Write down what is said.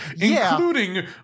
including